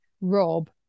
Rob